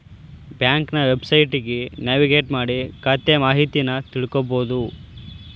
ಬ್ಯಾಂಕ್ನ ವೆಬ್ಸೈಟ್ಗಿ ನ್ಯಾವಿಗೇಟ್ ಮಾಡಿ ಖಾತೆ ಮಾಹಿತಿನಾ ತಿಳ್ಕೋಬೋದು